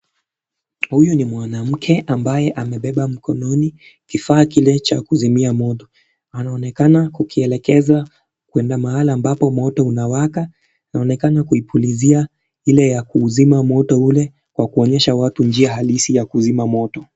Huyu ni mwanamke ambaye amebeba mkononi kifaa kile cha kuzimia moto, anaonekana kukielekeza kwenda mahala ambapo moto unawaka , anaonekana kuipulizia ile ya kuuzima moto ule kwa kuonyesha watu njia halisi ya kuzima moto.